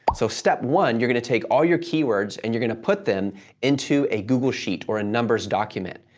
so, step one, you're going to take all your keywords and you're going to put them into a google sheet or a numbers document.